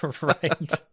right